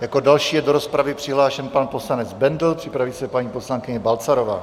Jako další je do rozpravy přihlášen pan poslanec Bendl, připraví se paní poslankyně Balcarová.